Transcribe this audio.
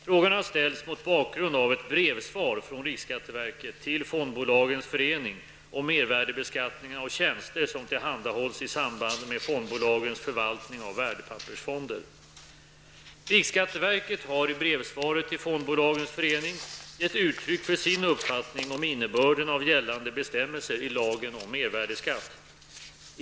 Frågan har ställts mot bakgrund av ett brevsvar från riksskatteverket till Riksskatteverket har i brevsvaret till Fondbolagens förening gett uttryck för sin uppfattning om innebörden av gällande bestämmelser i lagen om mervärdeskatt.